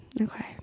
Okay